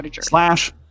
slash